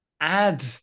add